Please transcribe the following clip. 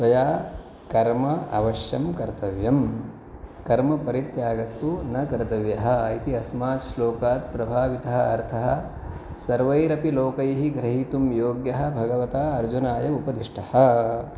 त्वया कर्म अवश्यं कर्तव्यम् कर्मपरित्यागस्तु न कर्तव्यः इति अस्मात् श्लोकात् प्रभावितः अर्थः सर्वैरपि लोकैः ग्रहीतुं योग्यः भगवता अर्जुनाय उपदिष्टः